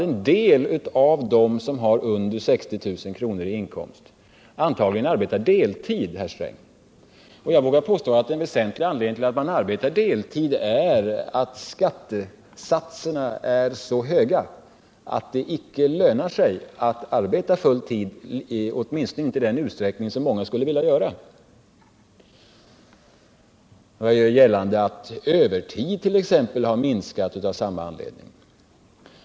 En del av dem som har under 60 000 kr. i årsinkomst arbetar antagligen deltid, Gunnar Sträng. Jag vågar påstå att en väsentlig anledning till att man arbetar deltid är att skattesatserna är så höga att det inte lönar sig att arbeta full tid, åtminstone inte i den utsträckning som många skulle vilja göra. Jag gör också gällande att övertiden har minskat av samma anledning.